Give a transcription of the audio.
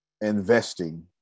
investing